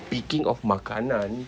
speaking of makanan